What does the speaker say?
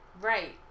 Right